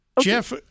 Jeff